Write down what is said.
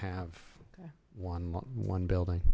have one one building